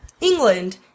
England